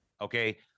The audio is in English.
okay